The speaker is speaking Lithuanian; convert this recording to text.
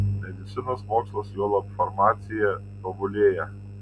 medicinos mokslas juolab farmacija tobulėja